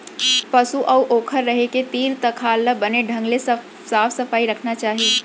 पसु अउ ओकर रहें के तीर तखार ल बने ढंग ले साफ सफई रखना चाही